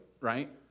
right